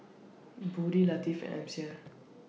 Budi Latif and Amsyar